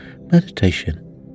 meditation